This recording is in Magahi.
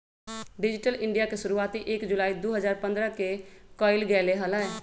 डिजिटल इन्डिया के शुरुआती एक जुलाई दु हजार पन्द्रह के कइल गैले हलय